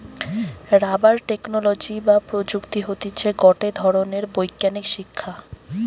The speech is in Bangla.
রাবার টেকনোলজি বা প্রযুক্তি হতিছে গটে ধরণের বৈজ্ঞানিক শিক্ষা